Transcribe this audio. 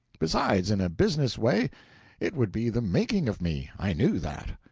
besides in a business way it would be the making of me i knew that.